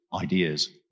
ideas